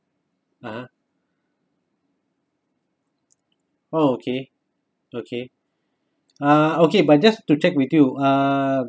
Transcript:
(uh huh) oh okay okay uh okay but just to check with you uh